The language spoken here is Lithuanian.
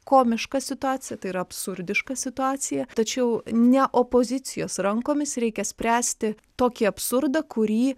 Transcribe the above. komiška situacija tai yra absurdiška situacija tačiau ne opozicijos rankomis reikia spręsti tokį absurdą kurį